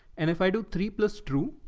and if i do three plus true,